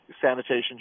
sanitation